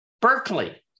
Berkeley